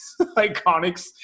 Iconics